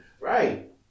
Right